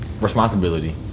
responsibility